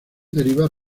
derivar